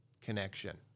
connection